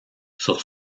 sur